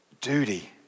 duty